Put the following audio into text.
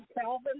Calvin